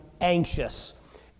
anxious